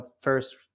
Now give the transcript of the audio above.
first